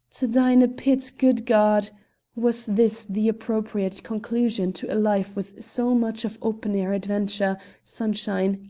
to die in a pit! good god was this the appropriate conclusion to a life with so much of open-air adventure, sunshine,